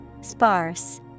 Sparse